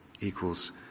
equals